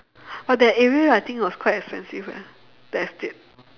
but that area I think was quite expensive eh that estate